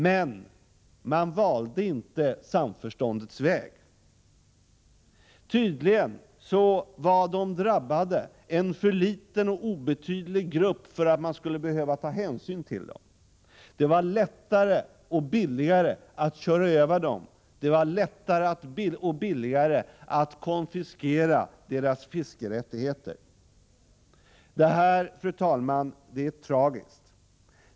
Men man valde inte samförståndets väg. Tydligen var de drabbade en för liten och obetydlig grupp för att man skulle behöva ta hänsyn till den. Det var lättare och billigare att köra över dessa människor. Det var lättare och billigare att konfiskera deras fiskerättigheter. Fru talman! Det här är tragiskt.